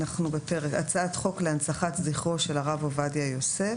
הצעת חוק להנצחת הרב עובדיה יוסף